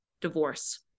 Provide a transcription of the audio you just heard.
divorce